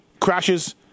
crashes